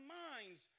minds